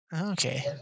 Okay